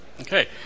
Okay